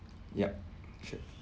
yup sure